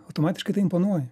automatiškai tai imponuoja